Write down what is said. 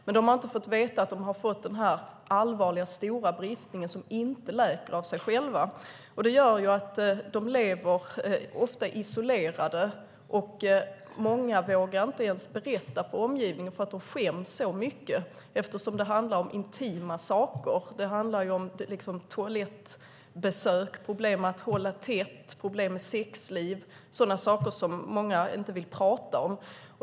Men de har inte fått veta att de har fått den allvarliga stora bristningen som inte läker av sig själv. Det gör att dessa kvinnor ofta lever isolerade, många vågar inte ens berätta för omgivningen därför att de skäms så mycket, eftersom det handlar om intima saker. Det handlar om toalettbesök, problem att hålla tätt, problem med sexliv, sådana saker som många inte vill prata om.